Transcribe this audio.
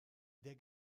der